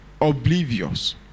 Oblivious